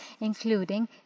including